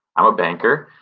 ah banker,